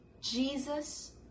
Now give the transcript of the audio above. Jesus